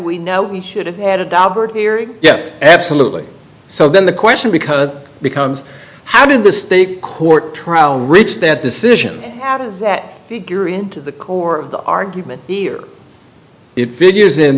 we know we should have had a d'albert hearing yes absolutely so then the question because becomes how did the state court trial reach that decision how does that figure into the core of the argument here it figures in